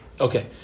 Okay